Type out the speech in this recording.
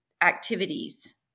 activities